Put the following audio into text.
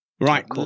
Right